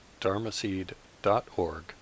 dharmaseed.org